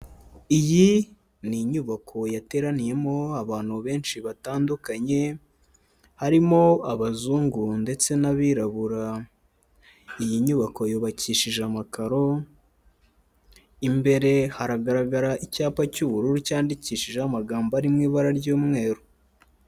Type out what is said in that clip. Iyi ni inyubako yateraniyemo abantu benshi batandukanye, harimo abazungu ndetse n'abirabura, iyi nyubako yubakishije amakaro, imbere haragaragara icyapa cy'ubururu cyandikishijeho amagambo ari mu ibara ry'umweru.